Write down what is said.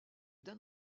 d’un